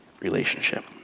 relationship